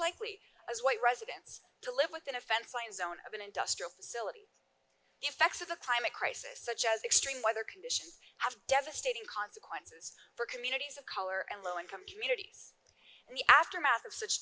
likely as white residents to live within a fence line zone of an industrial facility the effects of the climate crisis such as extreme weather conditions have devastating consequences for communities of color and low income communities and the aftermath of such